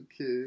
okay